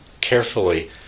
carefully